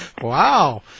wow